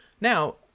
Now